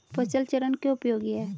फसल चरण क्यों उपयोगी है?